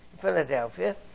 Philadelphia